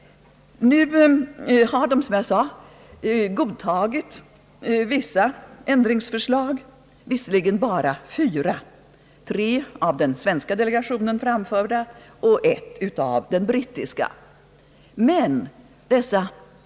Nu har supermakterna, som jag nämnde, godtagit en del ändringsförslag, visserligen bara fyra — tre framförda av den svenska och ett av den brittiska delegationen.